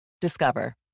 Discover